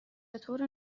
بطور